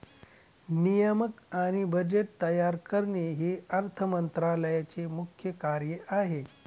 नियामक आणि बजेट तयार करणे हे अर्थ मंत्रालयाचे मुख्य कार्य आहे